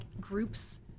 groups